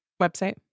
website